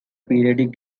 periodic